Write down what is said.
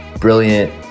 brilliant